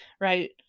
right